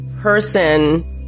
person